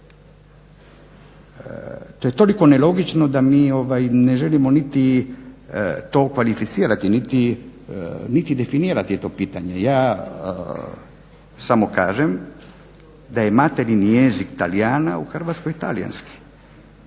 To je toliko nelogično da mi ne želimo niti to kvalificirati, niti definirati to pitanje. Ja samo kažem da je materinji jezik Talijana u Hrvatskoj talijanski,